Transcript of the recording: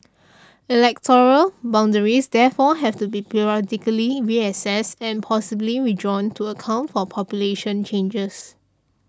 electoral boundaries therefore have to be periodically reassessed and possibly redrawn to account for population changes